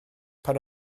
pan